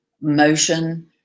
motion